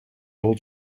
old